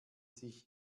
sich